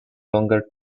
longer